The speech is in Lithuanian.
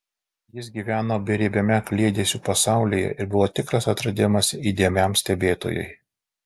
jis gyveno beribiame kliedesių pasaulyje ir buvo tikras atradimas įdėmiam stebėtojui